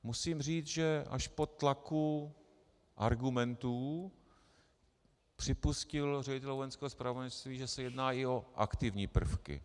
Musím říci, že až po tlaku argumentů připustil ředitel Vojenského zpravodajství, že se jedná i o aktivní prvky.